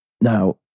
Now